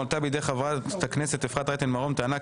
הועלתה על ידי חברת הכנסת אפרת רייטן מרום טענה,